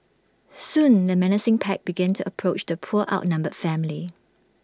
soon the menacing pack began to approach the poor outnumbered family